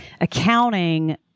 Accounting